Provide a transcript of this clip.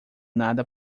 nada